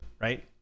right